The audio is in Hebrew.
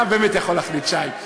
אתה באמת יכול להחליט, שי.